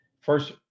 first